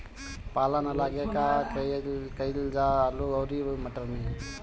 पाला न लागे का कयिल जा आलू औरी मटर मैं?